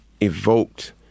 evoked